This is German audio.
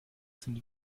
sind